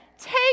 Take